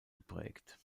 geprägt